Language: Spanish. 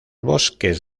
bosques